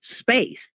space